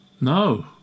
No